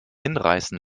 hinreißen